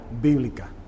bíblica